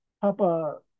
Papa